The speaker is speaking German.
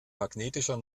magnetischer